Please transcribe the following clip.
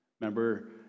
Remember